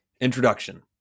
Introduction